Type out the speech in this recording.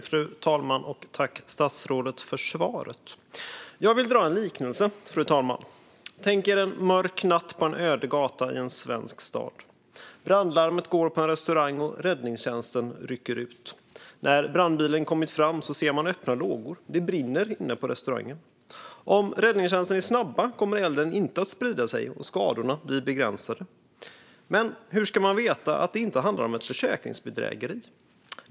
Fru talman! Tack, statsrådet, för svaret! Jag vill dra en liknelse. Tänk er en mörk natt på en öde gata i en svensk stad. Brandlarmet går på en restaurang, och räddningstjänsten rycker ut. När brandbilen kommer fram ser man öppna lågor. Det brinner inne på restaurangen. Om räddningstjänsten är snabb kommer elden inte att sprida sig och skadorna därmed bli begränsade. Men hur ska man veta att det inte handlar om ett försäkringsbedrägeri?